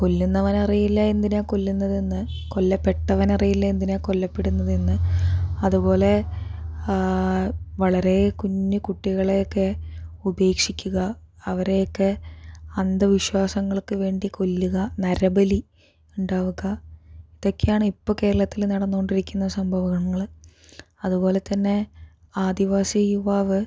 കൊല്ലുന്നവന് അറിയില്ല എന്തിനാ കൊല്ലുന്നത് എന്ന് കൊല്ലപ്പെട്ടവന് അറിയില്ല എന്തിനാ കൊല്ലപ്പെടുന്നത് എന്ന് അതുപോലെ വളരെ കുഞ്ഞു കുട്ടികളെ ഒക്കെ ഉപേക്ഷിക്കുക അവരെയൊക്കെ അന്ധവിശ്വാസങ്ങൾക്ക് വേണ്ടി കൊല്ലുക നരബലി ഉണ്ടാവുക ഇതൊക്കെയാണ് ഇപ്പോൾ കേരളത്തിൽ നടന്ന് കൊണ്ടിരിക്കുന്ന സംഭവങ്ങള് അതുപോലെ തന്നെ ആദിവാസി യുവാവ്